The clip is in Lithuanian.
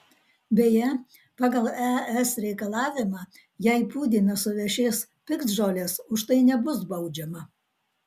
beje pagal es reikalavimą jei pūdyme suvešės piktžolės už tai nebus baudžiama